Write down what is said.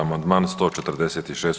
Amandman 146.